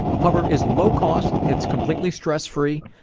hover is low cost, it's completely stress-free,